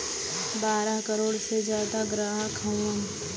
बारह करोड़ से जादा ग्राहक हउवन